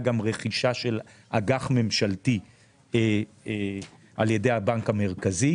גם רכישה של אג"ח ממשלתי על ידי הבנק המרכזי,